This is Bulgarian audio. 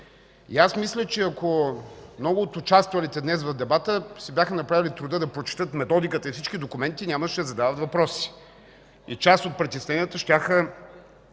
Аз мисля, че ако много от участвалите днес в дебата си бяха направили труда да прочетат Методиката и всички документи, нямаше да задават въпроси и част от притесненията щяха